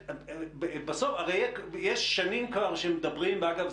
הרי שנים כבר מדברים אגב,